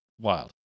wild